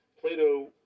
Plato